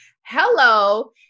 Hello